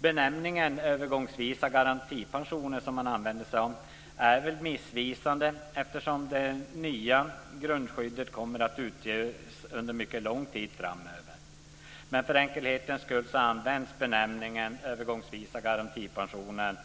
Benämningen "övergångsvisa garantipensioner" som man använder är missvisande, eftersom det nya grundskyddet kommer att gälla under mycket lång tid framöver. För enkelhetens skull använder man ändå benämningen "övergångsvisa garantipensioner"